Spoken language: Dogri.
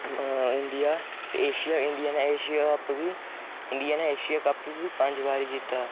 इंडिया ते एशिया इंडिया ते एशिया कप बी इंडिया नै एशिया कप बी पंज बारी जित्ते दा ऐ